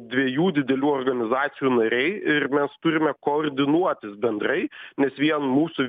dviejų didelių organizacijų nariai ir mes turime koordinuotis bendrai nes vien mūsų